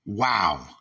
Wow